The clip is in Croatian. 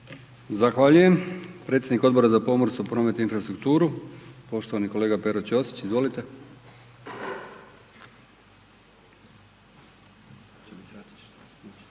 Zahvaljujem. Predsjednik Odbora za pomorstvo, promet i infrastrukturu poštovani kolega Pero Ćosić. Izvolite.